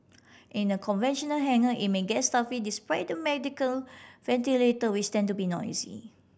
in a conventional hangar it may get stuffy despite the mechanical ventilator which tends to be noisy